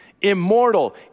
Immortal